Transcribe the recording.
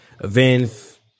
events